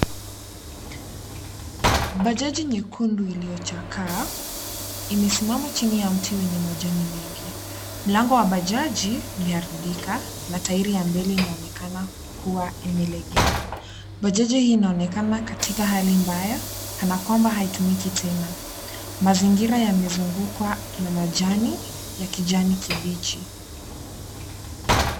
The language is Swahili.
Bajaji nyekundu iliyochakaa imesimama chini ya mti wenye majani mengi. Mlango wa bajaji umeharibika na tairi ya mbele inaonekana kuwa imelegea. Bajaji hii inaonekana katika hali mbaya kana kwamba haitumiki tena. Mazingira yamezungukwa na majani ya kijani kibichi.